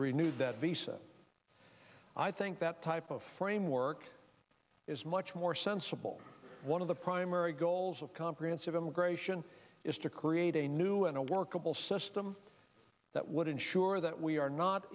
renewed that visa i think that type of framework is much more sensible one of the primary goals of comprehensive immigration is to create a new and a workable system that would ensure that we are not